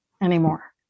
anymore